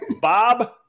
Bob